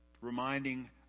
reminding